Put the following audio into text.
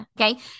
Okay